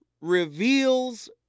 reveals